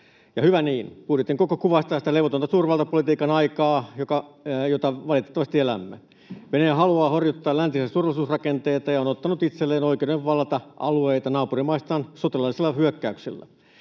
hyvä niin. Budjetin koko kuvastaa sitä levotonta suurvaltapolitiikan aikaa, jota valitettavasti elämme. Venäjä haluaa horjuttaa läntisiä turvallisuusrakenteita ja on ottanut itselleen oikeuden vallata alueita naapurimaistaan sotilaallisilla hyökkäyksillä.